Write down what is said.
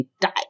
die